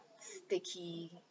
sticky